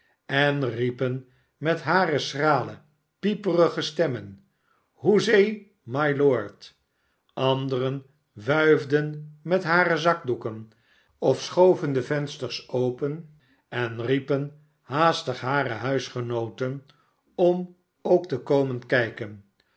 en riepen met hare schrale pieperige stemmen shoezee mylord anderen wuifden met hare zakdoeken of schoven de vensters open en riepen haastig hare huisgenooten om ook te komen kijken